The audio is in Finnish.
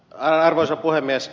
arvoisa puhemies